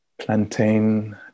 plantain